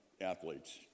athletes